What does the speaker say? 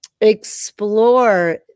explore